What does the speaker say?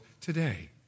today